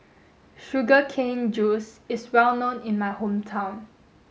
sugar cane juice is well known in my hometown